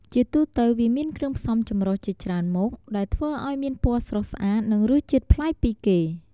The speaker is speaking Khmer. ជាទូទៅ វាមានគ្រឿងផ្សំចម្រុះជាច្រើនមុខ ដែលធ្វើឱ្យមានពណ៌ស្រស់ស្អាត និងរសជាតិប្លែកពីគេ។